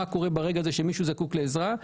מה קורה ברגע הזה שמישהו זקוק לעזרה,